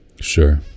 Sure